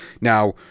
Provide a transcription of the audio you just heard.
Now